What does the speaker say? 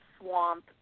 swamp